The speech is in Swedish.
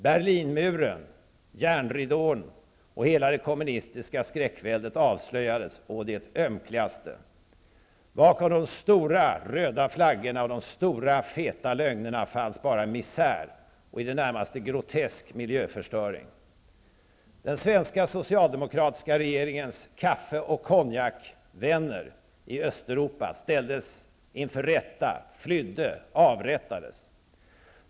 Berlinmuren, järnridån och hela det kommunistiska skräckväldet avslöjades å det ömkligaste. Bakom de stora, röda flaggorna och de stora, feta lögnerna fanns bara misär och i det närmaste grotesk miljöförstöring. Den svenska socialdemokratiska regeringens kaffe och konjak-vänner i Östeuropa ställdes inför rätta, flydde eller avrättades.